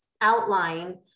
outline